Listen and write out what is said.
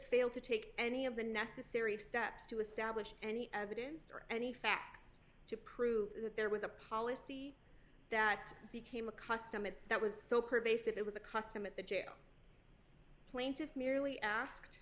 failed to take any of the necessary steps to establish any evidence or any facts to prove that there was a policy that became a custom and that was so pervasive it was a custom at the jail plaintiffs merely asked